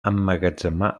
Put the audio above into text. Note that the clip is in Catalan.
emmagatzemar